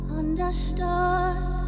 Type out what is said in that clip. understood